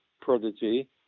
prodigy